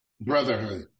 brotherhood